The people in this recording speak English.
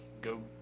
Go